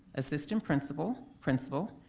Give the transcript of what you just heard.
assistant principal, principal,